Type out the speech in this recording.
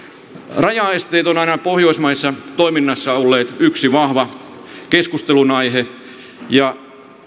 rajaesteet ovat aina pohjoismaisessa toiminnassa olleet yksi vahva keskustelunaihe ja